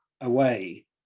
away